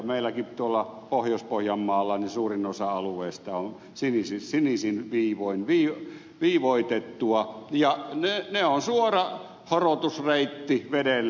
meilläkin tuolla pohjois pohjanmaalla suurin osa alueista on sinisin viivoin viivoitettua ja ne ovat suora horotusreitti vedelle